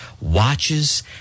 watches